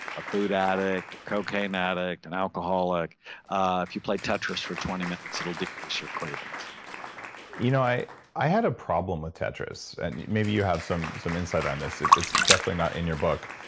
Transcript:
a food addict, cocaine addict, an alcoholic if you play tetris for twenty minutes, it will decrease your cravings you know i i had a problem with tetris and maybe you have some some insight on this. it's definitely not in your book.